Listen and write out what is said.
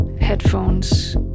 headphones